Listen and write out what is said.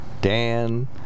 Dan